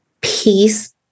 peace